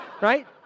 right